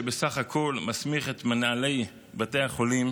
שבסך הכול מסמיך את מנהלי בתי החולים